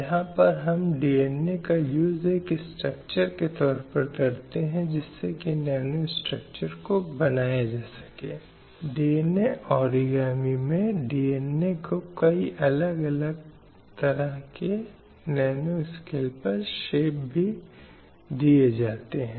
अब आम तौर पर हिंसा के विभिन्न रूप हो सकते हैं जो समाज में मौजूद हैं कुछ लिंग तटस्थ हैं इस अर्थ में कि किसी व्यक्ति के लिंग का कोई विशिष्ट संदर्भ न होने से यह समाज में किसी को भी प्रभावित कर सकता है